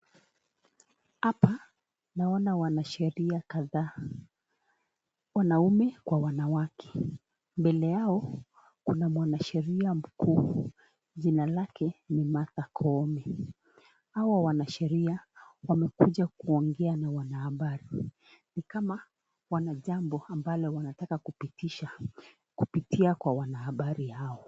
Hapa naona wanasheria kadhaa , Wanaume kwa wanawake. Mbele yao Kuna mwanasheria mkuu. Jina lake ni Martha Koome. Hawa wanasheria wamekuja kuongea na wanahabari. Ni kama Wana jambo ambalo wanataka kupitisha kupitia kwa wanahabari hao.